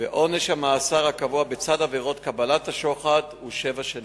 ועונש המאסר הקבוע בצד עבירות קבלת השוחד הוא שבע שנים.